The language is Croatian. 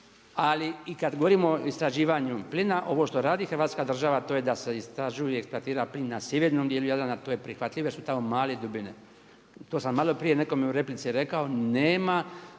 Ali i kad govorimo o istraživanju plina ovo što radi Hrvatska država to je da se istražuje i eksploatira plin na sjevernom dijelu Jadrana, to je prihvatljivo jer su tamo male dubine. To sam malo prije nekome u replici rekao nema